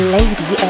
Lady